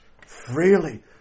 freely